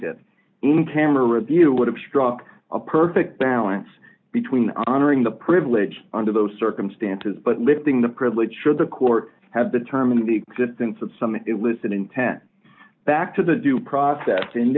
view would have struck a perfect balance between honoring the privilege under those circumstances but lifting the privilege should the court have determining the existence of some it was an intent back to the due process in